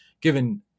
given